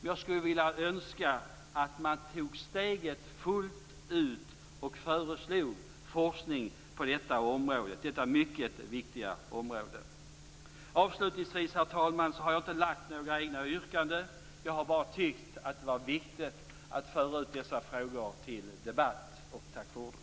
Jag skulle önska att man tog steget fullt ut och föreslog forskning på detta mycket viktiga område. Avslutningsvis, herr talman, har jag inte några egna yrkanden. Jag har bara tyckt att det var viktigt att föra ut dessa frågor till debatt. Tack för ordet!